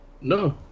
No